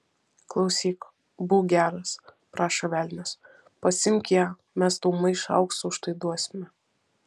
klausyk būk geras prašo velnias pasiimk ją mes tau maišą aukso už tai duosime